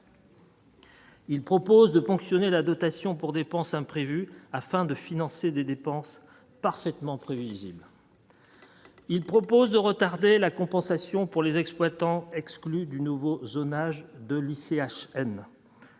Il propose de ponctionner la dotation pour dépenses imprévues, afin de financer des dépenses parfaitement prévisible, il propose de retarder la compensation pour les exploitants, exclu du nouveau zonage de l'ICHN,